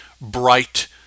bright